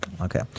Okay